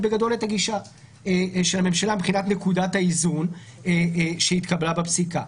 את הגישה של הממשלה מבחינת נקודת האיזון שהתקבלה בפסיקה.